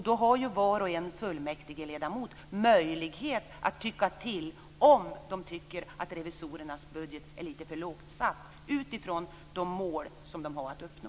Då har ju var och en fullmäktigeledamot möjlighet att tycka till, om de tycker att revisorernas budget är lite för lågt satt utifrån de mål man har att uppnå.